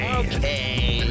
okay